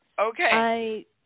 Okay